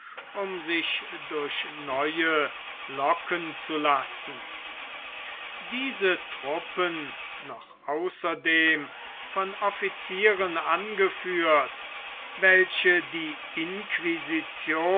um sich durch neue locken zu lassen diese truppen noch außerdem von officieren angeführt welche die